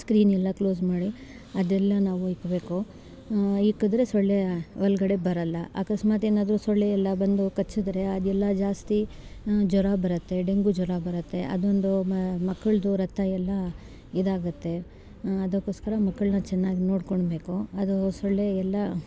ಸ್ಕೀನ್ ಎಲ್ಲ ಕ್ಲೋಸ್ ಮಾಡಿ ಅದೆಲ್ಲ ನಾವು ಇಡ್ಬೇಕು ಇಕ್ಕಿದ್ರೆ ಸೊಳ್ಳೆ ಒಳಗಡೆ ಬರೋಲ್ಲ ಅಕಸ್ಮಾತ್ ಏನಾದ್ರೂ ಸೊಳ್ಳೆ ಎಲ್ಲ ಬಂದು ಕಚ್ಚಿದ್ರೆ ಅದೆಲ್ಲ ಜಾಸ್ತಿ ಜ್ವರ ಬರುತ್ತೆ ಡೆಂಗು ಜ್ವರ ಬರುತ್ತೆ ಅದೊಂದು ಮಕ್ಕಳದ್ದು ರಕ್ತ ಎಲ್ಲ ಇದಾಗುತ್ತೆ ಅದಕ್ಕೋಸ್ಕರ ಮಕ್ಕಳನ್ನ ಚೆನ್ನಾಗಿ ನೋಡ್ಕೊಳ್ಬೇಕು ಅದು ಸೊಳ್ಳೆ ಎಲ್ಲ